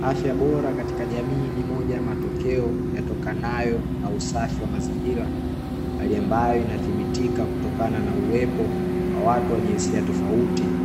Afya bora katika jamii ni moja ya matokeo yatokanayo na usafi wa mazingira, hali ambayo inathibitika kutokana na uwepo wa watu wa jinsia tofauti